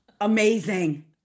Amazing